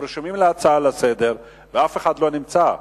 הם רשומים להצעה לסדר-היום ואף אחד לא נמצא.